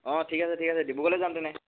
অঁ ঠিক আছে ঠিক আছে ডিব্ৰুগড়লৈ যাম তেনে